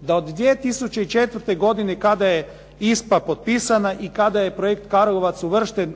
da od 2004. godine, kada je ISPA potpisana i kada je projekt "Karlovac" uvršten